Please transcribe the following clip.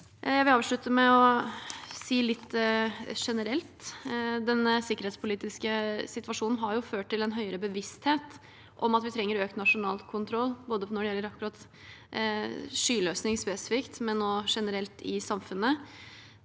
Jeg vil avslutte med å si litt om det generelle. Den sikkerhetspolitiske situasjonen har ført til en høyere bevissthet om at vi trenger økt nasjonal kontroll, når det gjelder både skyløsning spesifikt og også generelt i samfunnet.